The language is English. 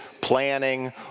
planning